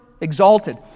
exalted